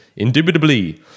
Indubitably